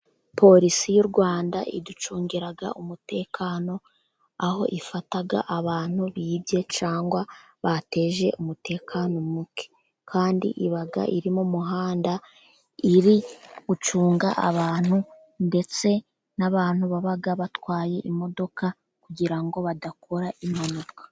Porisi y'u Rwanda iducungira umutekano, aho ifata abantu bibye cyangwa bateje umutekano muke. Kandi iba iri mu muhanda iri gucunga abantu, ndetse n'abantu baba batwaye imodoka kugira ngo badakora impanuka.